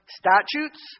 statutes